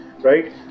right